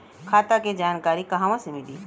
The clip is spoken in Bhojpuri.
खाता के जानकारी कहवा से मिली?